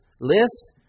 list